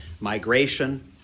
migration